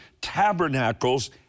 Tabernacles